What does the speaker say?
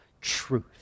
truth